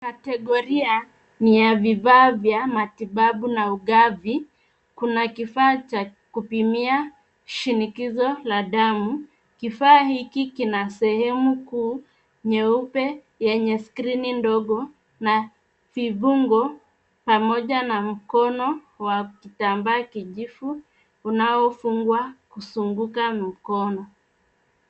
Kategoria ni ya vifaa vya matibabu na ugavi. Kuna kifaa cha kupimia shinikizo la damu. Kifaa hiki kina sehemu kuu nyeupe yenye skrini ndogo na vifungo pamoja na mkono wa kitambaa kijivu unaofungwa kuzunguka mkono.